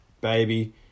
baby